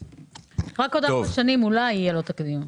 רק בעוד ארבע שנים אולי יהיה לו תקדים.